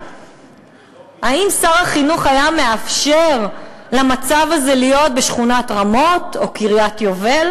האם שר החינוך היה מאפשר למצב הזה להיות בשכונת רמות או בקריית-היובל?